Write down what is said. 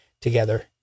together